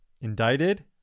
indicted